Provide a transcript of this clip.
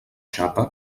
xapa